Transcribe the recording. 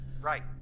Right